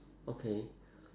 okay